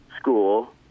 school